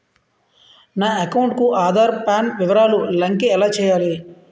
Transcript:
నా అకౌంట్ కు ఆధార్, పాన్ వివరాలు లంకె ఎలా చేయాలి?